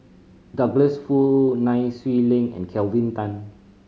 Douglas Foo Nai Swee Leng and Kelvin Tan